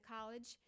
college